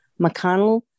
McConnell